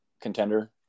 contender